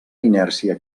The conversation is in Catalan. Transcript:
inèrcia